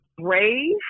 brave